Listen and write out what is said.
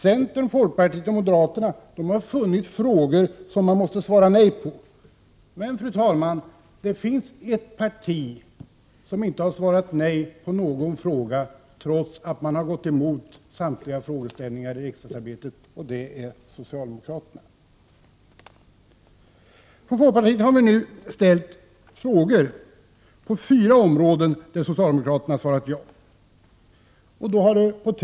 Centern, folkpartiet och moderaterna har funnit frågor som man måste svara nej på. Men, fru talman, det finns ett parti som inte har svarat nej på någon fråga, trots att partiet har gått emot samtliga frågeställningar i riksdagsarbetet. Det är socialdemokraterna. Från folkpartiet har vi nu ställt frågor på fyra områden där socialdemokraterna har svarat ja i Naturskyddsföreningens enkät.